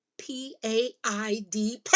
P-A-I-D